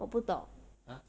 我不懂